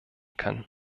kann